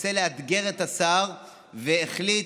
רוצה לאתגר את השר והחליט